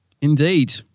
indeed